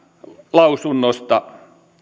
lausunnosta